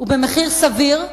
ובמחיר סביר,